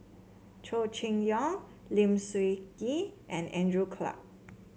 Chow Chee Yong Lim Sun Gee and Andrew Clarke